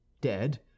dead